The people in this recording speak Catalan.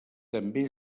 també